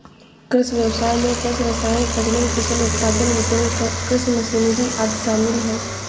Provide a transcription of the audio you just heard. कृषि व्ययसाय में कृषि रसायन, प्रजनन, फसल उत्पादन, वितरण, कृषि मशीनरी आदि शामिल है